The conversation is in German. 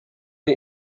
die